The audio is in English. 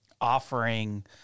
offering